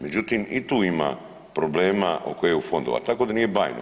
Međutim i tu ima problema oko EU fondova, tako da nije bajno.